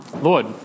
Lord